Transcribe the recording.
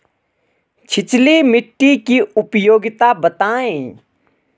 छिछली मिट्टी की उपयोगिता बतायें?